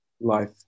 life